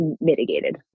mitigated